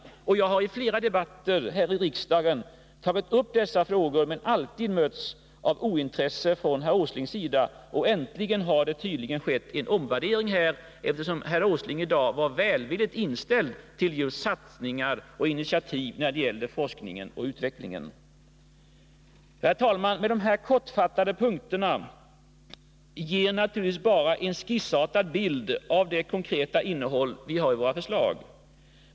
Jag har i flera debatter här i riksdagen tagit upp dessa ja. Men äntligen har det tydligen skett en omvärdering, eftersom herr Åsling i dag var välvilligt inställd till just satsningar och initiativ när det gäller forskning och frågor, men alltid mötts av ointresse från herr Åslings Herr talman! De här kortfattade punkterna ger naturligtvis bara en skissartad bild av det konkreta innehållet i våra förslag.